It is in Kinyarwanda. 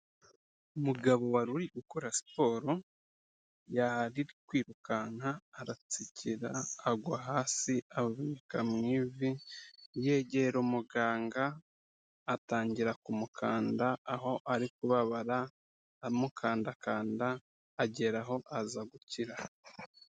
Umugabo wari uri gukora siporo, yari ari kwirukanka aratsikira agwa hasi avunika mu ivi, yegera umuganga atangira kumukanda, aho ari kubabara amukandakanda ageraho aza gukira.